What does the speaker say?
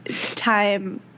time